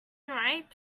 ripe